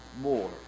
more